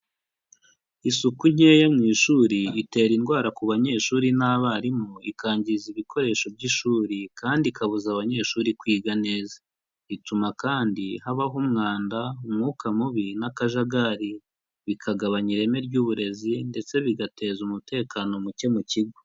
Isuku nkeya mu ishuri itera indwara ku banyeshuri n'abarimu, ikangiza ibikoresho by'ishuri kandi ikabuza abanyeshuri kwiga neza. Ituma kandi habaho umwanda, umwuka mubi n'akajagari, bikagabanya ireme ry'uburezi ndetse bigateza umutekano muke mu kigo.